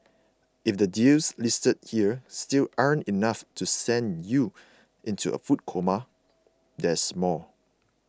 if the deals listed here still aren't enough to send you into a food coma there's more